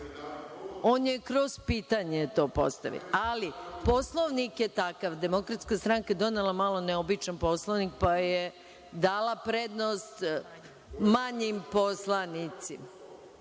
On je kroz pitanje to postavio, ali Poslovnik je takav. Demokratska stranka je donela malo neobičan Poslovnik, pa je dala prednost manjim poslanicima.(Vojislav